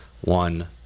one